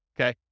okay